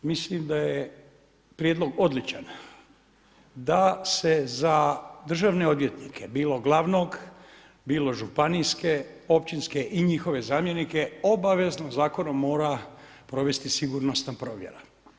Mislim da je prijedlog odličan da se za državne odvjetnike bilo glavnog, bilo županijske, općinske i njihove zamjenike obavezno zakonom mora provesti sigurnosna provjera.